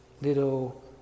little